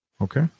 Okay